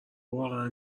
واقعا